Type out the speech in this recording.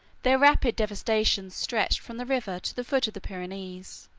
their rapid devastations stretched from the river to the foot of the pyrenees